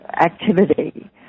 activity